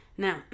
Now